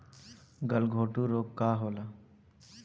गलघोटू रोग का होला?